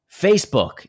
Facebook